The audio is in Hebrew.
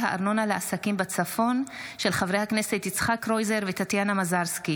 של חברי הכנסת יצחק קרויזר וטטיאנה מזרסקי